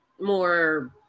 more